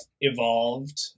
evolved